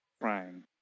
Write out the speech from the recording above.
Crying